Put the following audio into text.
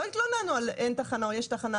לא התלוננו על אין תחנה או יש תחנה,